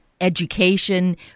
education